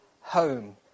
home